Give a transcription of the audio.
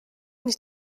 nicht